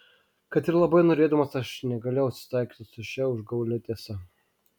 kad ir labai norėdamas aš negalėjau susitaikyti su šia užgaulia tiesa